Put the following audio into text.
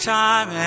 time